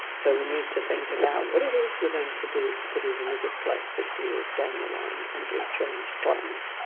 so we need to think about what it is we're going to do to put us in a good place fifty years down the line, under a changed climate.